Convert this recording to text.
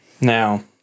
Now